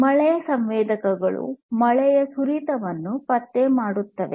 ಮಳೆ ಸಂವೇದಕಗಳು ಮಳೆಯ ಸುರಿತವನ್ನು ಪತ್ತೆ ಮಾಡುತ್ತದೆ